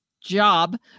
job